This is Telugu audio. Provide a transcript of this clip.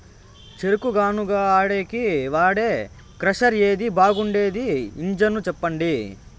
చెరుకు గానుగ ఆడేకి వాడే క్రషర్ ఏది బాగుండేది ఇంజను చెప్పండి?